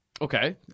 Okay